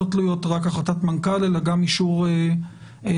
תלויות רק בהחלטת מנכ"ל אלא גם אישור ועדה,